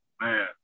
Man